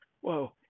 Whoa